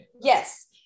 Yes